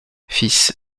fils